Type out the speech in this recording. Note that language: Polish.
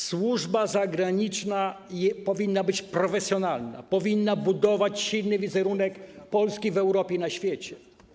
Służba zagraniczna powinna być profesjonalna, powinna budować silny wizerunek Polski w Europie i na świecie.